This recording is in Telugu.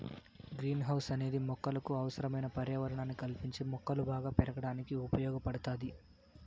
గ్రీన్ హౌస్ అనేది మొక్కలకు అవసరమైన పర్యావరణాన్ని కల్పించి మొక్కలు బాగా పెరగడానికి ఉపయోగ పడుతాది